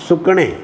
सुकणें